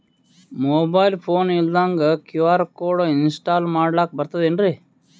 Mobile phone ಇಲ್ದಂಗ QR code install ಮಾಡ್ಲಕ ಬರ್ತದೇನ್ರಿ?